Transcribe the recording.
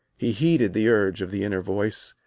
he heeded the urge of the inner voice.